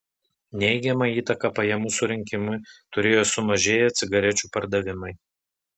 neigiamą įtaką pajamų surinkimui turėjo sumažėję cigarečių pardavimai